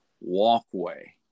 walkway